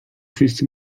wszyscy